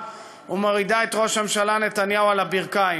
ומורידה את ראש הממשלה נתניהו על הברכיים.